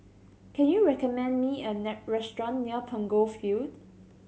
can you recommend me a restaurant near Punggol Field